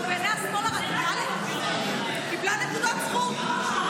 אבל בעיני השמאל הרדיקלי היא קיבלה נקודות זכות.